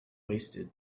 wasted